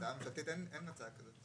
בהצעה הפרטית אין הצעה כזאת.